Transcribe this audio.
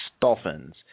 Dolphins